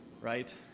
Right